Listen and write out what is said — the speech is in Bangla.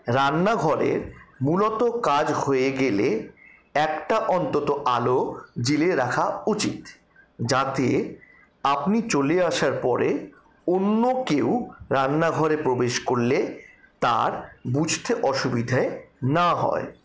রান্নাঘরের মূলত কাজ হয়ে গেলে একটা অন্তত আলো জ্বেলে রাখা উচিত যাতে আপনি চলে আসার পরে অন্য কেউ রান্নাঘরে প্রবেশ করলে তার বুঝতে অসুবিধে না হয়